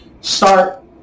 start